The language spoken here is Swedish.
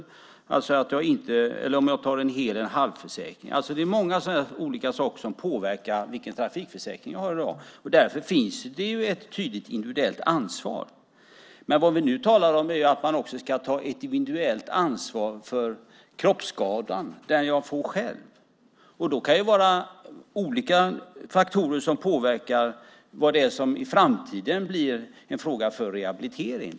Man kan ta en hel eller halvförsäkring. Det finns många olika saker som påverkar den trafikförsäkring man har i dag. Därför finns det ett tydligt individuellt ansvar. Nu talar vi om att man också ska ta ett individuellt ansvar för den kroppsskada man får själv. Det kan vara olika faktorer som påverkar vad som i framtiden blir en fråga för rehabilitering.